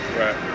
right